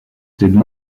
did